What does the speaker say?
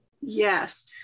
Yes